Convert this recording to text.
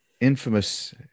infamous